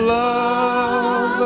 love